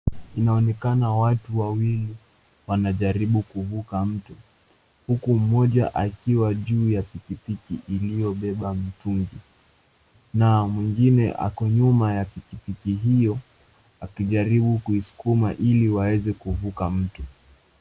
Watu wawili wajaribu kuvuka mto mmoja akiwa juu ya pikipiki iliyobeba mtungi mwingine akiwa nyuma akijaribu kuiskuma